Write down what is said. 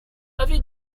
avait